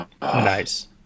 Nice